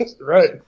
Right